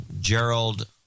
Gerald